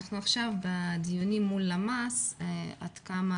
ואנחנו עכשיו בדיונים מול למ"ס עד כמה